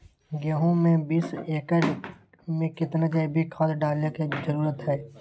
गेंहू में बीस एकर में कितना जैविक खाद डाले के जरूरत है?